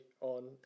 on